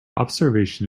observation